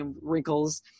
wrinkles